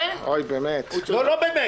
ואם כן מה הייתה תוכן העדות